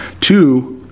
Two